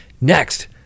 Next